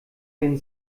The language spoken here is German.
den